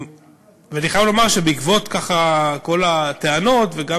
אני חייב לומר שבעקבות כל הטענות וגם